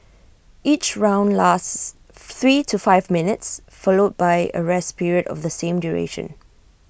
each round lasts three to five minutes followed by A rest period of the same duration